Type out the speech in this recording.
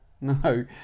No